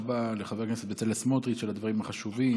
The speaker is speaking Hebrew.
תודה רבה לחבר הכנסת בצלאל סמוטריץ' על הדברים החשובים,